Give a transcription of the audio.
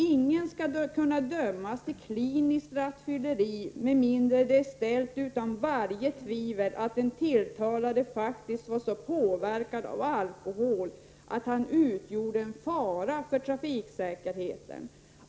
Ingen skall kunna dömas för kliniskt rattfylleri med mindre att det är ställt utan varje tvivel att den tilltalade faktiskt var så påverkad av alkohol att han utgjorde en fara för trafiksäkerheten.